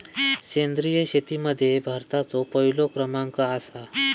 सेंद्रिय शेतीमध्ये भारताचो पहिलो क्रमांक आसा